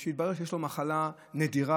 התברר שיש לו מחלה נדירה,